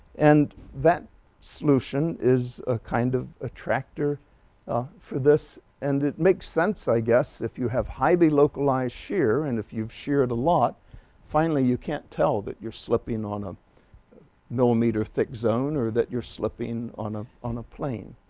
and that solution is a kind of attractor ah for this and it makes sense i guess if you have highly localized shear and if you've shared a lot finally you can't tell that you're slipping on a millimeter thick zone or that you're slipping on a on a plane.